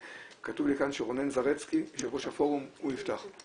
כאן שרונן זרצקי, יושב ראש הפורום, הוא יפתח.